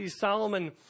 Solomon